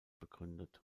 begründet